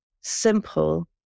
simple